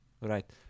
Right